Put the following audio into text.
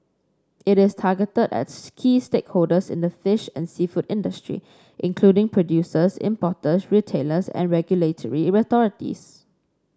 it is targeted at key stakeholders in the fish and seafood industry including producers importers retailers and regulatory authorities